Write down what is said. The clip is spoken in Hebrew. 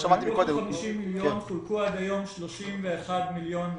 50 מיליון, חולקו עד היום 31.5 מיליון.